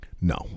No